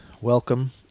Welcome